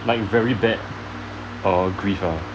like very bad or grief uh